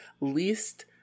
least